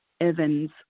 Evan's –